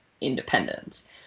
Independence